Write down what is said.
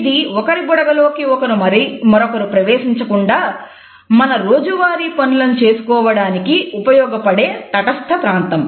ఇది ఒకరి బుడగ లోకి మరొకరు ప్రవేశించకుండా మన రోజువారీ పనులను చేసుకోవడానికి ఉపయోగపడే తటస్థ ప్రాంతం